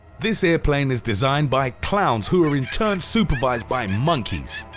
this airplane is designed by clowns, who are in turn supervised by monkeys.